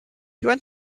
went